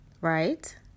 right